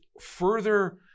further